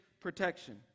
protection